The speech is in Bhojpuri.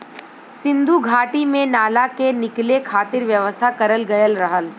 सिन्धु घाटी में नाला के निकले खातिर व्यवस्था करल गयल रहल